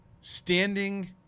standing